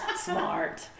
smart